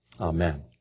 Amen